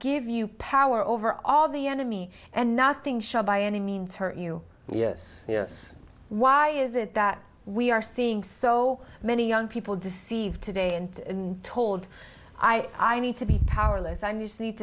give you power over all the enemy and nothing shall by any means hurt you yes why is it that we are seeing so many young people deceived today and told i i need to be powerless i